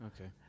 Okay